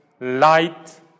light